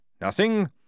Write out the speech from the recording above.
Nothing